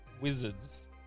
Wizards